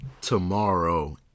tomorrow